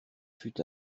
fut